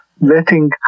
letting